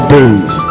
days